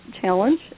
challenge